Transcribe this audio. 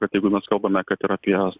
kad jeigu mes kalbame kad ir apie